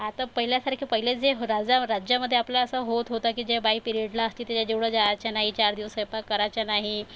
आता पहिल्यासारखं पहिले जे हो राजा राज्यामध्ये आपल्या असं होत होतं की जे बाई पिरेडला असती तिच्याजवळ जायचं नाही चार दिवस स्वयंपाक करायचा नाही